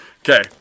Okay